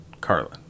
Carlin